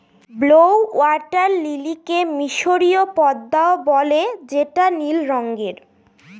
blue water লিলিকে মিসরীয় পদ্মাও বলে যেটা নীল রঙের